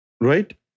Right